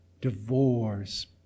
divorce